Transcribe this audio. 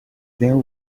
there